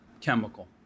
chemical